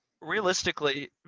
realistically